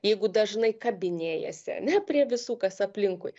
jeigu dažnai kabinėjasi ane prie visų kas aplinkui